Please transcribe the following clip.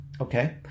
okay